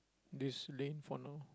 this lane from now